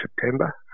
September